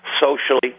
socially